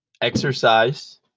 exercise